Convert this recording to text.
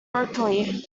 berkeley